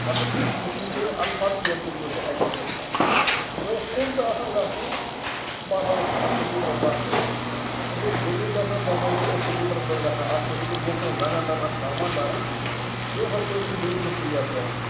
مطلب تِتھۍ ہی چھِنہٕ مےٚ الفاظٕے ییٚمہِ سۭتۍ بہٕ سُہ ایٚکٕسپرٛیٚس کرٕ مےٚ اوس کُن تہِ آسان گژھُن بہٕ ہسا اوسُس اَتھ سکوٗٹرس لَتھ دِوان أسۍ ٲسۍ گِنٛدنہِ گژھان بہٕ ہسا اوسُس أتھۍ سکوٗٹرس پٮ۪ٹھ گژھان اَکھ اوسُس بہٕ برٛونٛہہ کٔنۍ زنٛگَن تَل اَتھ سامان بھران بیٚیہِ اوسَکھ پٔتۍ کِنۍ بیٚیہِ زٕ پٕلیر تُلان